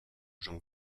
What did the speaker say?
jean